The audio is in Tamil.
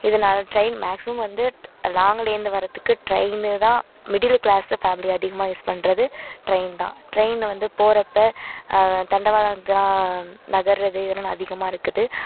இதனால ட்ரெயின் மேக்ஸிமம் வந்து லாங்குலேருந்து வர்றத்துக்கு ட்ரெயினு தான் மிடில் க்ளாஸ்ஸு ஃபேமிலி அதிகமாக யூஸ் பண்ணுறது ட்ரெயின் தான் ட்ரெயினு வந்து போகிறப்ப தண்டவாளம்லாம் நகர்றது இதெல்லாம் அதிகமாக இருக்குது